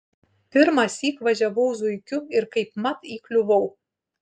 pirmąsyk važiavau zuikiu ir kaipmat įkliuvau